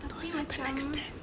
to a certain extent